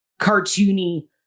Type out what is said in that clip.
cartoony